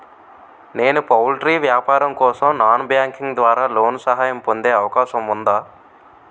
నేను పౌల్ట్రీ వ్యాపారం కోసం నాన్ బ్యాంకింగ్ ద్వారా లోన్ సహాయం పొందే అవకాశం ఉందా?